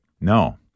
No